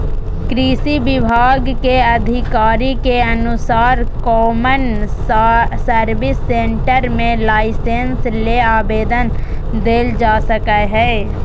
कृषि विभाग के अधिकारी के अनुसार कौमन सर्विस सेंटर मे लाइसेंस ले आवेदन देल जा सकई हई